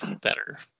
better